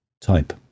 type